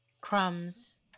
Crumbs